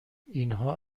اینها